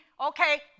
okay